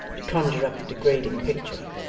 to conjure up the degrading picture,